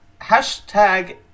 Hashtag